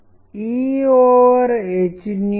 మీకు ఇదివరకే సుపరిచితమైన ఇమేజ్